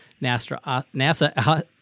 NASA